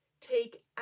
take